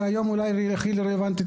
שאולי היום היא הכי רלוונטית,